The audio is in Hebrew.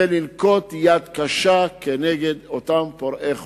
וצריך לנקוט יד קשה נגד אותם פורעי חוק.